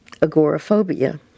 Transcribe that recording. agoraphobia